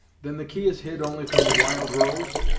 then the key is hid only from the wild rose?